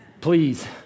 Please